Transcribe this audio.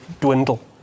dwindle